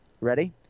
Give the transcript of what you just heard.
Ready